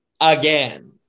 again